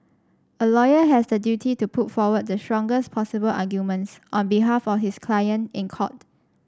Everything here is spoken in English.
a lawyer has the duty to put forward the strongest possible arguments on behalf of his client in court